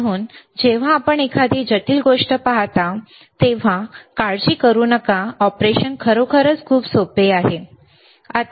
म्हणून जेव्हा आपण एखादी जटिल गोष्ट पाहता तेव्हा काळजी करू नका ऑपरेशन खरोखर सोपे आहे ठीक आहे